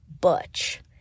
butch